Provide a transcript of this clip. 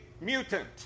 mutant